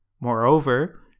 Moreover